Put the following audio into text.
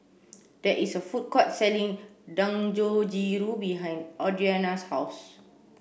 there is a food court selling Dangojiru behind Audriana's house